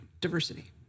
diversity